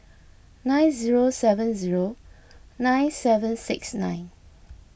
nine zero seven zero nine seven six nine